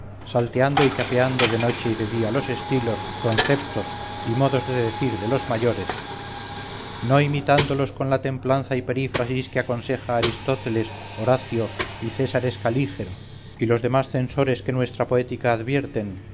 salteando y capeando de noche y de día los estilos conceptos y modos de decir de los mayores no imitándolos con la templanza y perífrasis que aconseja aristóteles horacio y césar escalígero y los demás censores que nuestra poética advierten